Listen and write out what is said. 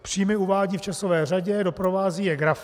Příjmy uvádí v časové řadě, doprovází je grafy.